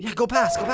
yeah go past.